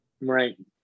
Right